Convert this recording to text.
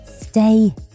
stay